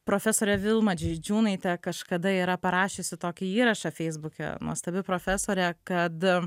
profesorė vilma žydžiūnaitė kažkada yra parašiusi tokį įrašą feisbuke nuostabi profesorė kad